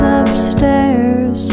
upstairs